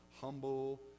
Humble